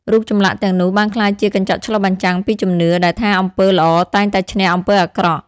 រូបចម្លាក់ទាំងនោះបានក្លាយជាកញ្ចក់ឆ្លុះបញ្ចាំងពីជំនឿ ដែលថាអំពើល្អតែងតែឈ្នះអំពើអាក្រក់។